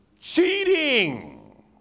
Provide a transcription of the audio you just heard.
cheating